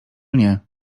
nie